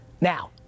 Now